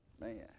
Man